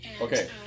okay